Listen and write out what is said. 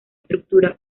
estructura